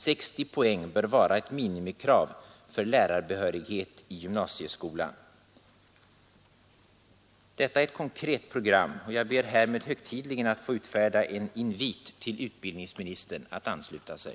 60 poäng bör vara ett minikrav för lärarbehörighet i gymnasieskolan.” Detta är ett konkret program, och jag ber högtidligen att få utfärda en invit till utbildningsministern att ansluta sig.